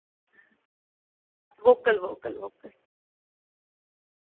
vocal vocal vocal